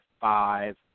five